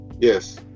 Yes